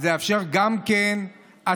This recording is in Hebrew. לאפשר גם הצבעה,